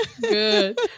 Good